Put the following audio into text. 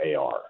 AR